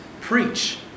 preach